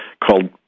called